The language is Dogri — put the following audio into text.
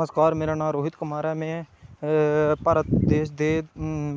नमस्कार मेरा नांऽ रोहित कुमार ऐ में भारत देश दे